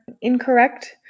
incorrect